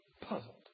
puzzled